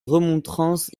remontrances